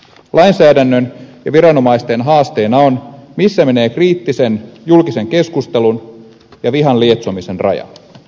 lainsäädännön ja viranomaisten haasteena on missä menee kriittisen julkisen keskustelun ja vihan lietsomisen raja